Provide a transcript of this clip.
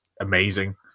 amazing